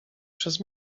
przez